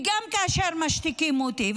וגם כאשר משתיקים אותי,